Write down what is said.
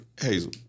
Hazel